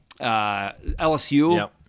LSU